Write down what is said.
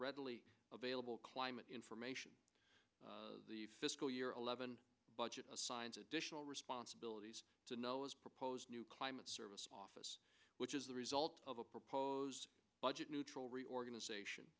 readily available climate information the fiscal year zero levon budget assigns additional responsibilities to know as proposed new climate service office which is the result of a propose budget neutral reorganization